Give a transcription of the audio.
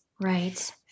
right